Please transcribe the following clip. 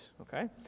Okay